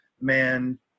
man